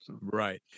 Right